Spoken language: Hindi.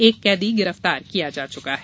एक कैदी गिरफ्तार किया जा चुका है